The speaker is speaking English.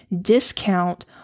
discount